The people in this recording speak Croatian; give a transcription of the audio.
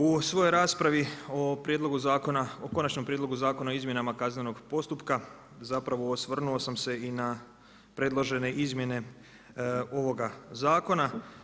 U svojoj raspravi o prijedlogu zakona, o Konačnom prijedlogu zakona o izmjenama kaznenog postupka zapravo osvrnuo sam se i na predložene izmjene ovoga zakona.